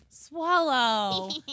Swallow